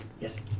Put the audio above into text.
Yes